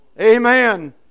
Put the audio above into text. Amen